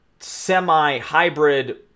semi-hybrid